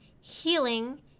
healing